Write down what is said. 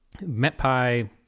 MetPy